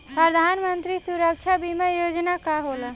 प्रधानमंत्री सुरक्षा बीमा योजना का होला?